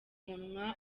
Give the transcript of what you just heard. munwa